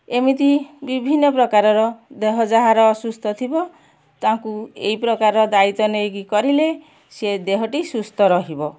ଏମିତି ବିଭିନ୍ନ ପ୍ରକାରର ଦେହ ଯାହାର ଅସୁସ୍ଥ ଥିବ ତାଙ୍କୁ ଏହି ପ୍ରକାର ଦାୟିତ୍ୱ ନେଇକି କରିଲେ ସେ ଦେହଟି ସୁସ୍ଥ ରହିବ